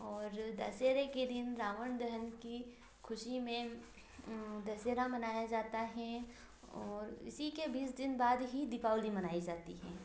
और दशहरे के दिन रावण देहन की खुशी में दशहरा मनाया जाता है और इसी के बीस दिन बाद ही दीपावली मनाई तीजा है